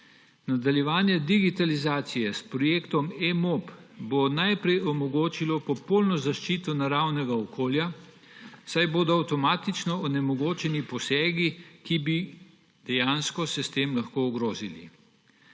Nadaljevanje digitalizacije s projektom eMOP bo najprej omogočilo popolno zaščito naravnega okolja, saj bodo avtomatično onemogočeni posegi, ki bi dejansko se s tem lahko ogrozili.